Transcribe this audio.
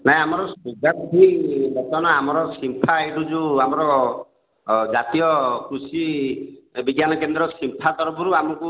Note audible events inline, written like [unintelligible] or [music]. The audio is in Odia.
ନାଇଁ ଆମର [unintelligible] ବର୍ତ୍ତମାନ ଆମର [unintelligible] ଯେଉଁ ଆମର ଜାତୀୟ କୃଷି ବିଜ୍ଞାନ କେନ୍ଦ୍ର [unintelligible] ତରଫରୁ ଆମକୁ